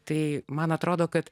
tai man atrodo kad